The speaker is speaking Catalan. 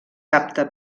apta